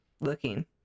looking